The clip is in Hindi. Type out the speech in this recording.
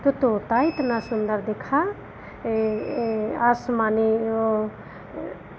तो तोता इतना सुन्दर दिखा आसमानी वह